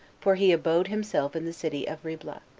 for he abode himself in the city of riblah.